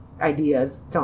ideas